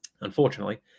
unfortunately